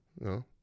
No